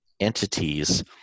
entities